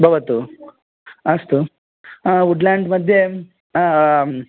भवतु अस्तु woodland मध्ये